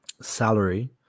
salary